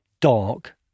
dark